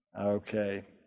okay